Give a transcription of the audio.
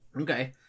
Okay